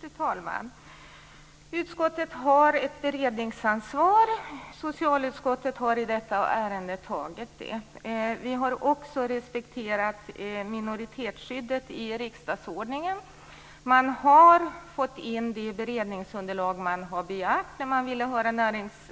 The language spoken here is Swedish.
Fru talman! Utskottet har ett beredningsansvar. Socialutskottet har i detta ärende tagit det. Vi har också respekterat minoritetsskyddet i riksdagsordningen. Man har fått in det beredningsunderlag som man har begärt när man ville höra